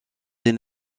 des